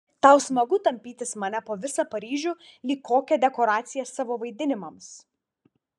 tau smagu tampytis mane po visą paryžių lyg kokią dekoraciją savo vaidinimams